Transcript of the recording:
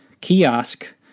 kiosk